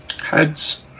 Heads